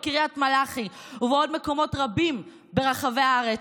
בקריית מלאכי ובעוד מקומות רבים ברחבי הארץ,